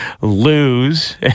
lose